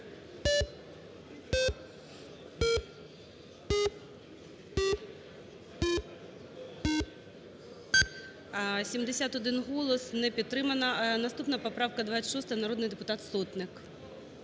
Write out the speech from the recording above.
За-71 Не підтримана. Наступна поправка 26, народний депутат Сотник.